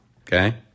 okay